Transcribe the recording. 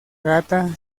gata